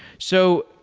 so,